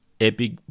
Epic